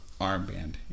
armband